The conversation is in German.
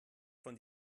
von